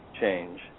change